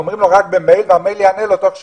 אומרים לו, רק במייל והמייל יענה לו תוך שבוע.